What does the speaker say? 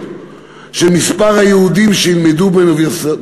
של מספר היהודים שילמדו באוניברסיטאות,